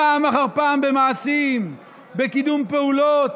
פעם אחר פעם במעשים, בקידום פעולות